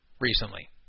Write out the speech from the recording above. recently